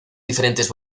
diferentes